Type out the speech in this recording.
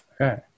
Okay